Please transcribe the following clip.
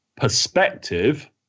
perspective